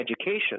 education